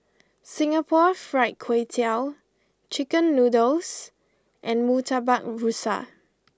Singapore Fried Kway Tiao Chicken Noodles and Murtabak Rusa